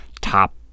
top